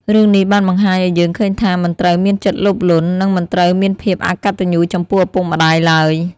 រឿងនេះបានបង្ហាញអោយយើងឃើញថាមិនត្រូវមានចិត្តលោភលន់ និងមិនត្រូវមានភាពអកត្តញ្ញូចំពោះឪពុកម្ដាយឡើយ។